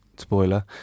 Spoiler